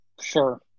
sure